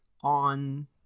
on